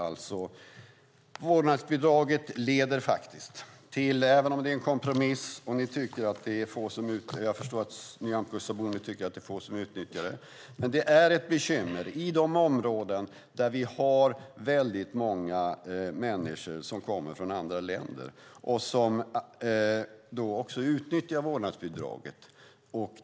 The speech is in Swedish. Även om vårdnadsbidraget är en kompromiss - och jag förstår att Nyamko Sabuni tycker att det är få som utnyttjar det - är det ett bekymmer i de områden där vi har många människor som kommer från andra länder och som också utnyttjar vårdnadsbidraget.